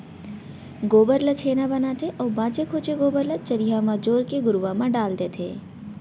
गोबर ल छेना बनाथे अउ बांचे खोंचे गोबर ल चरिहा म जोर के घुरूवा म डार देथे